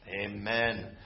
Amen